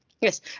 Yes